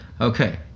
okay